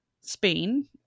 spain